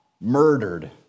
murdered